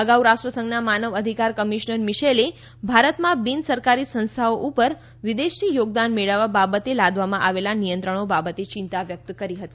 અગાઉ રાષ્ટ્રસંઘના માનવ અધિકાર કમિશનર મીશેલે ભારતમાં બિન સરકારી સંસ્થો ઉપર વિદેશથી યોગદાન મેળવવા બાબતે લાદવામાં આવેલા નિયત્રણો બાબતે ચિંતા વ્યક્ત કરી હતી